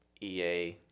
EA